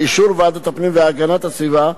באישור ועדת הפנים והגנת הסביבה,